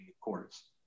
courts